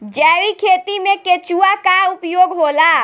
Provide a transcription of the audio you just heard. जैविक खेती मे केचुआ का उपयोग होला?